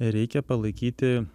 reikia palaikyti